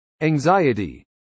Anxiety